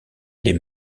les